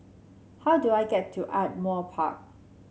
how do I get to Ardmore Park